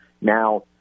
Now